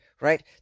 right